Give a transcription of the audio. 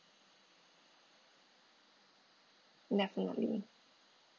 definitely